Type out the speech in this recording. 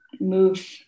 move